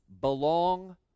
belong